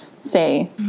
say